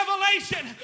revelation